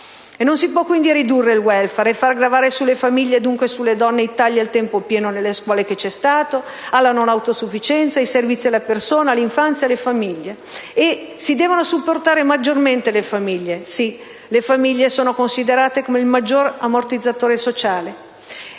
Non si può quindi ridurre il *welfare* e far gravare sulle famiglie, e dunque sulle donne, i tagli al tempo pieno nelle scuole, alla non autosufficienza, ai servizi alla persona, all'infanzia e alle famiglie. Si devono supportare maggiormente le famiglie; sì, le famiglie sono considerate come il maggior ammortizzatore sociale.